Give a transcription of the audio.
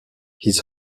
his